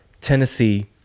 Tennessee